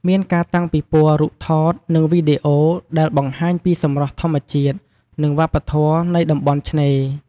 មានការតាំងពិព័រណ៍រូបថត និងវីដេអូ ដែលបង្ហាញពីសម្រស់ធម្មជាតិ និងវប្បធម៌នៃតំបន់ឆ្នេរ។